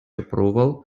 approval